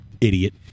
idiot